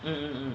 mm mm mm